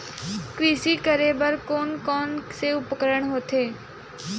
कृषि करेबर कोन कौन से उपकरण होथे?